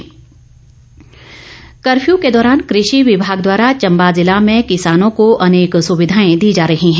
किसान सुविधा कर्फ्यू के दौरान कृषि विभाग द्वारा चम्बा जिला में किसानों को अनेक सुविधाएं दी जा रही हैं